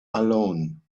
alone